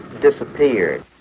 disappeared